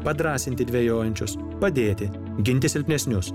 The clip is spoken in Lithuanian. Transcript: padrąsinti dvejojančius padėti ginti silpnesnius